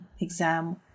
exam